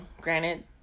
granted